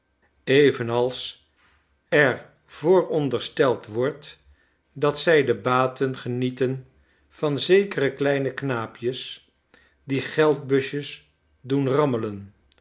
evenals er voorond erst eld wordt dat zij de baten genieten van zekere kleine knaapjes die geldbusjes doen rammelen